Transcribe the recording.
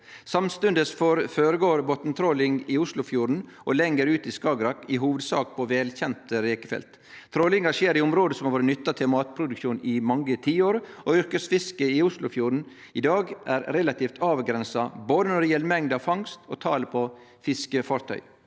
Samstundes går botntråling føre seg i Oslofjorden og lenger ut i Skagerrak, i hovudsak på velkjente rekefelt. Trålinga skjer i område som har vore nytta til matproduksjon i mange tiår, og yrkesfisket i Oslofjorden i dag er relativt avgrensa, både når det gjeld mengde av fangst, og når det gjeld talet på fiskefartøy.